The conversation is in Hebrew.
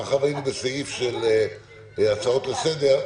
מאחר והיינו בסעיף של הצעות לסדר,